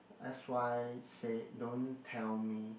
s_y say don't tell me